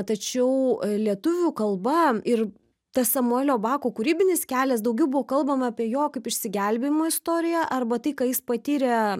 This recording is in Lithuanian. tačiau lietuvių kalba ir tas samuelio bako kūrybinis kelias daugiau buvo kalbama apie jo kaip išsigelbėjimo istoriją arba tai ką jis patyrė